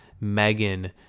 megan